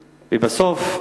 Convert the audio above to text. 4. ובסוף,